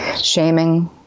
Shaming